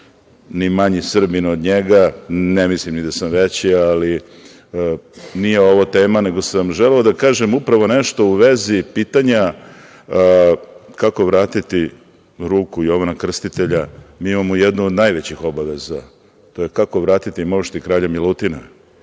ni manji Srbin od njega, ne mislim da sam veći. Ali, nije ovo tema. Želeo sam da kažem nešto u vezi pitanja – kako vratiti ruku Jovana Krstitelja? Mi imamo jednu od najvećih obaveza, to je kako vratiti mošti kralja Milutina? Mošti